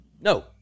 no